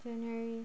january